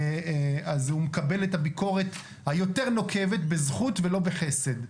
אז הוא מקבל את הביקורת היותר נוקבת בזכות ולא בחסד.